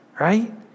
right